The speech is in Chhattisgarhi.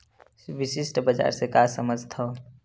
विशिष्ट बजार से का समझथव?